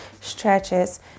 stretches